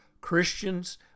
Christians